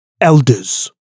elders